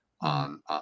on